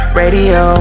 radio